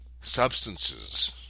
substances